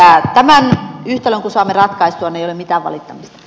tämän yhtälön kun saamme ratkaistua ei ole mitään valittamista